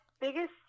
biggest